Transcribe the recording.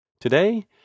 Today